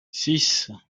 six